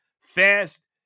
fast